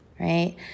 right